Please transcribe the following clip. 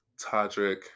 Todrick